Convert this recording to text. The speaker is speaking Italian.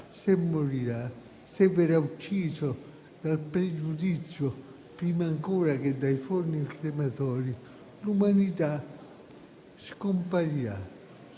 diversità - se verrà ucciso dal pregiudizio, prima ancora che dai forni crematori, l'umanità scomparirà,